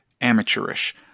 amateurish